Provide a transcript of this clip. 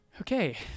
okay